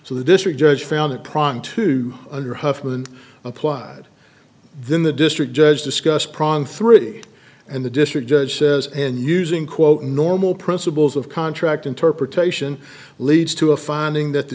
so the district judge found it pronk to under huffman applied then the district judge discussed pran three and the district judge says and using quote normal principles of contract interpretation leads to a finding that the